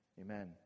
amen